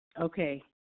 Okay